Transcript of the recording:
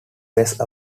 based